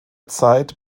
zeit